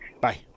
Bye